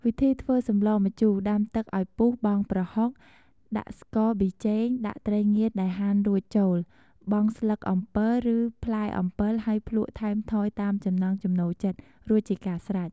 វិធីធ្វើសម្លម្ជូរ ដាំទឹកឱ្យពុះបង់ប្រហុក ដាក់ស្ករ ប៊ីចេង ដាក់ត្រីងៀតដែលហាន់រួចចូល បង់ស្លឹកអំពិលឬផ្លែអំពិលហើយភ្លក់ថែមថយតាមចំណង់ចំណូលចិត្តរួចជាការស្រេច។